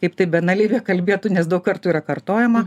kaip tai banaliai kalbėtų nes daug kartų yra kartojama